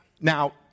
now